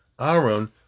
Aaron